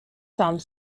some